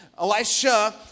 Elisha